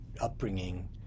upbringing